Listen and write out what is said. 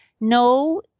No